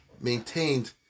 maintained